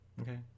Okay